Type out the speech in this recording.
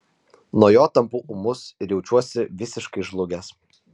nuo jo tampu ūmus ir jaučiuosi visiškai žlugęs